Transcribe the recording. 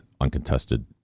uncontested